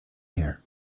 here